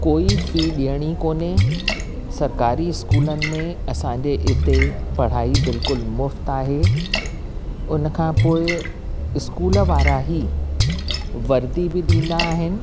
कोई फी ॾियणी कोन्हे सरकारी स्कूलन में असांजे हिते पढ़ाई बिल्कुलु मुफ़्त आहे उन खां पोइ स्कूल वारा ई वर्दी बि ॾींदा आहिनि